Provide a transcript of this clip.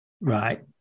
Right